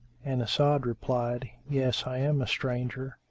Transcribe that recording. and as'ad replied, yes, i am a stranger.